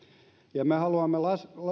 ja me haluamme